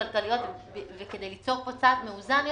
הכלכליות וכדי ליצור פה סד מאוזן יותר,